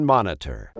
Monitor